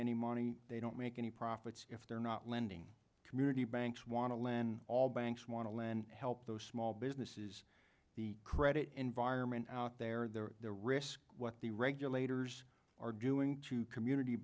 any money they don't make any profits if they're not lending community banks want to plan all banks want to lend help those small businesses the credit environment out there they're the risk what the regulators are doing to community